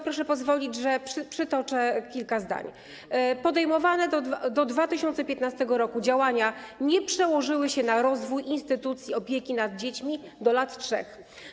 Proszę pozwolić, że przytoczę kilka zdań: podejmowane do 2015 r. działania nie przełożyły się na rozwój instytucji opieki nad dziećmi do lat 3.